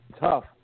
tough